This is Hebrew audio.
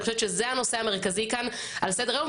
אני חושבת שזה הנושא המרכזי כאן על סדר היום,